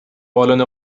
بالن